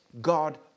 God